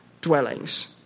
dwellings